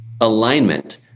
alignment